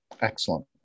Excellent